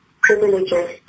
privileges